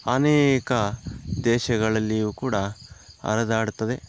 ಅನೇಕ ದೇಶಗಳಲ್ಲಿಯೂ ಕೂಡ ಹರಿದಾಡುತ್ತದೆ